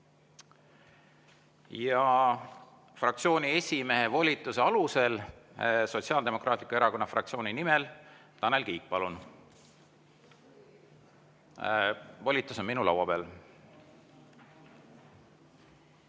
Fraktsiooni esimehe volituse alusel, Sotsiaaldemokraatliku Erakonna fraktsiooni nimel, Tanel Kiik, palun! Volitus on minu laua peal.